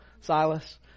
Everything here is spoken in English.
Silas